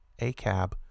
ACAB